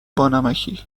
بانمکی